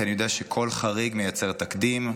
כי אני יודע שכל חריג מייצר תקדים,